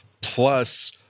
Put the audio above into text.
Plus